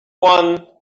one